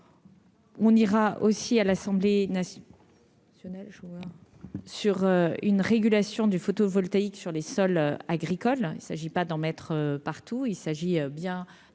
On ira aussi à l'Assemblée nationale sur neige ou sur une régulation du photovoltaïque sur les sols agricoles il s'agit pas d'en mettre partout, il s'agit bien